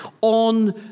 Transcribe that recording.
on